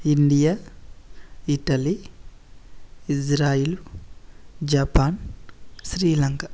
India Italy Israel Japan Sri Lanka